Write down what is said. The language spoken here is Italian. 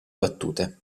battute